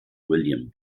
william